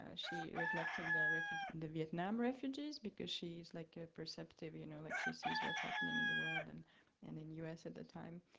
ah she reflects and on the vietnam refugees because she is like a perceptive, you know? like, she sees what's happening in the world and and in us at the time.